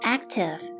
Active